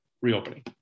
reopening